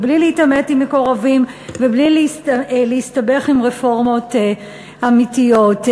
בלי להתעמת עם מקורבים ובלי להסתבך עם רפורמות אמיתיות.